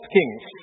Kings